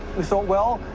we thought, well,